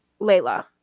Layla